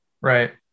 Right